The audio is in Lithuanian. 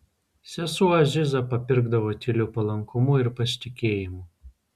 sesuo aziza papirkdavo tyliu palankumu ir pasitikėjimu